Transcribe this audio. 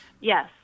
Yes